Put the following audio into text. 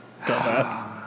Dumbass